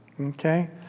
Okay